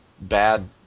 bad